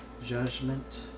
Judgment